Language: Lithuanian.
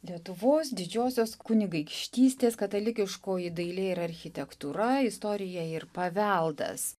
lietuvos didžiosios kunigaikštystės katalikiškoji dailė ir architektūra istorija ir paveldas